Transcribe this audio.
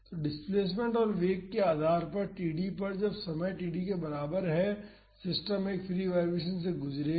तो डिस्प्लेसमेंट और वेग के आधार पर td पर जब समय td के बराबर है सिस्टम एक फ्री वाईब्रेशन से गुजरेगा